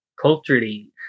culturally